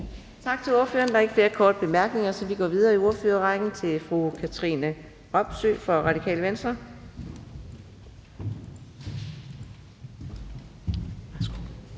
Tak til ordføreren. Der er ikke flere korte bemærkninger, så vi går videre i ordførerrækken til fru Katrine Robsøe fra Radikale Venstre.